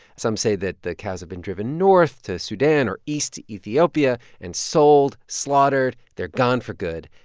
some say that the cows have been driven north to sudan or east to ethiopia and sold, slaughtered they're gone for good.